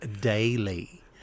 daily